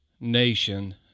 nation